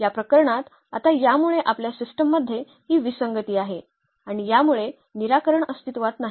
या प्रकरणात आता यामुळे आपल्या सिस्टममध्ये ही विसंगती आहे आणि यामुळे निराकरण अस्तित्त्वात नाही